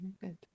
good